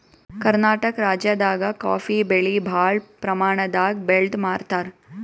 ಕರ್ನಾಟಕ್ ರಾಜ್ಯದಾಗ ಕಾಫೀ ಬೆಳಿ ಭಾಳ್ ಪ್ರಮಾಣದಾಗ್ ಬೆಳ್ದ್ ಮಾರ್ತಾರ್